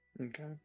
Okay